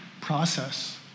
process